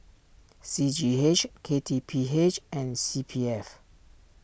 C G H K T P H and C P F